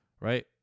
right